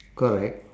correct